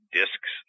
discs